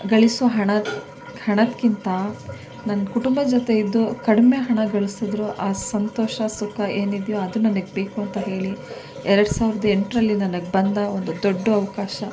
ಗಳಿಸೋ ಹಣ ಹಣಕ್ಕಿಂತ ನನ್ನ ಕುಟುಂಬದ ಜೊತೆ ಇದ್ದು ಕಡಿಮೆ ಹಣ ಗಳಿಸಿದರೂ ಆ ಸಂತೋಷ ಸುಖ ಏನಿದೆಯೋ ಅದು ನನಗೆ ಬೇಕು ಅಂತ ಹೇಳಿ ಎರಡು ಸಾವ್ರ್ದ ಎಂಟರಲ್ಲಿ ನನಗೆ ಬಂದ ಒಂದು ದೊಡ್ಡ ಅವಕಾಶ